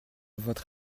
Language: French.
votre